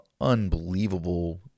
unbelievable